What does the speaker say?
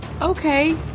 Okay